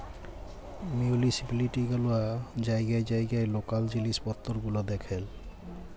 municipality গুলা জাইগায় জাইগায় লকাল জিলিস পত্তর গুলা দ্যাখেল